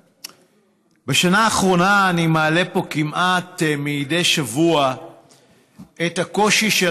בשנה האחרונה אני מעלה פה כמעט מדי שבוע את הקושי של